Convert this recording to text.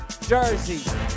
Jersey